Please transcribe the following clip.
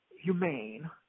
humane